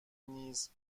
نیز